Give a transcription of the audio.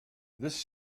this